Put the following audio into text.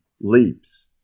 leaps